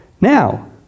Now